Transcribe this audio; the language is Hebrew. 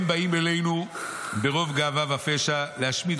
הם באים אלינו ברוב גאווה ופשע להשמיד